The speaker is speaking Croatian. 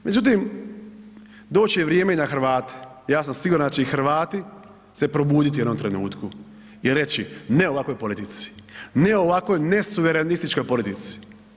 Međutim, doći će vrijeme i na Hrvate, ja sam siguran da će i Hrvati se probuditi u jednom trenutku i reći ne ovakvoj politici, ne ovakvoj nesuverenističkoj politici.